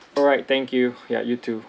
alright thank you ya you too